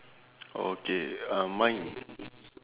okay uh mine